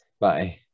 Bye